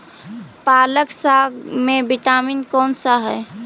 पालक साग में विटामिन कौन सा है?